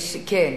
כן.